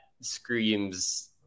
screams